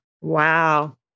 Wow